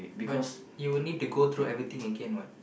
but you would need to go through everything again what